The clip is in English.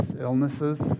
illnesses